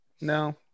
No